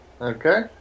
Okay